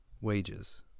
wages